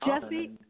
Jesse